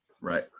Right